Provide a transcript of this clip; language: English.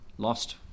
lost